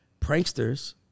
pranksters